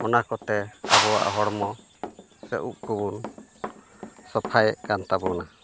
ᱚᱱᱟ ᱠᱚᱛᱮ ᱟᱵᱚᱣᱟᱜ ᱦᱚᱲᱢᱚ ᱥᱮ ᱩᱯ ᱠᱚᱵᱚᱱ ᱥᱟᱯᱷᱟᱭᱮᱫ ᱠᱟᱱ ᱛᱟᱵᱚᱱᱟ